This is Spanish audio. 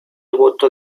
voto